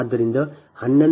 1486 j0